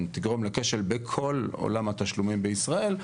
תגרום לכשל בכל עולם התשלומים בישראל,